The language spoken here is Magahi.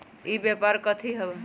ई व्यापार कथी हव?